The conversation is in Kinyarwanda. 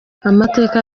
amateka